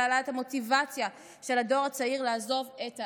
העלאת המוטיבציה של הדור הצעיר לעזוב את הארץ,